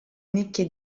nicchie